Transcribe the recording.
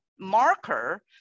marker